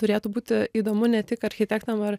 turėtų būti įdomu ne tik architektam ar